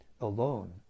alone